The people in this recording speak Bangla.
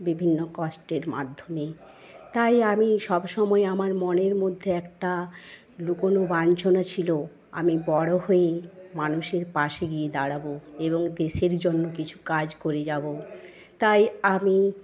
বিভিন্ন কষ্টের মাধ্যমে তাই আমি সবসময় আমার মনের মধ্যে একটা লুকোনো বাঞ্ছনা ছিল আমি বড়ো হয়ে মানুষের পাশে গিয়ে দাঁড়াবো এবং দেশের জন্য কিছু কাজ করে যাবো তাই আমি